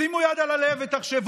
שימו יד על הלב ותחשבו